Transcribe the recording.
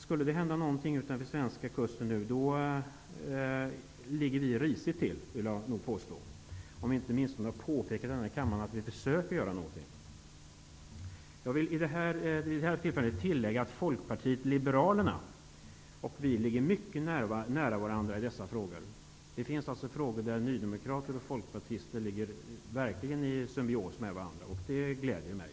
Skulle det nu hända någonting utanför den svenska kusten, vill jag påstå att vi ligger illa till, åtminstone om vi inte i denna kammare påpekat att vi försöker göra någonting. Jag vill vid detta tillfälle tillägga att Folkpartiet liberalerna och vi ligger mycket nära varandra i dessa frågor. Det finns frågor där nydemokrater och folkpartister har ett symbiotiskt förhållande, och det gläder mig.